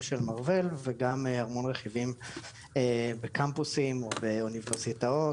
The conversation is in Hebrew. של מארוול וגם המון רכיבים בקמפוסים או באוניברסיטאות.